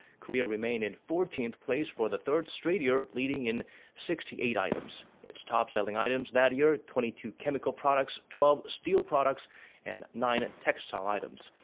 korea remained in fourteenth place for the third straight year, leading in sixty eight items. its top selling items that year twenty two chemical products, twelve steel products and nine textile items.